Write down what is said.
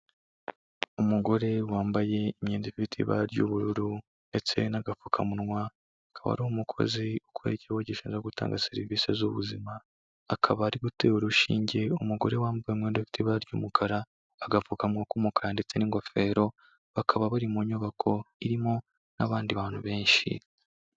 Umugore wambaye imyenda ifite ibara ry'ubururu ndetse n'agapfukamunwa, akaba ari umukozi ukora ikigo gishinzwe gutanga serivisi z'ubuzima, akaba ari gutera urushinge umugore wambaye umwenda w'ibara ry'umukara, agapfukamuwa k'umukara ndetse n'ingofero, bakaba bari mu nyubako irimo n'abandi bantu benshi.